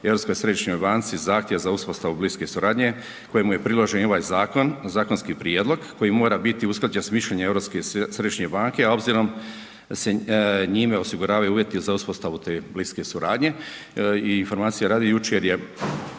Europskoj središnjoj banci zahtjev za uspostavu bliske suradnje kojemu je priložen i ovaj zakon, zakonski prijedlog koji mora biti usklađen s mišljenjem Europske središnje banke, a obzirom da se njime osiguravaju uvjeti za uspostavu te bliske suradnje. I informacije radi jučer je